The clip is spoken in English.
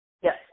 Yes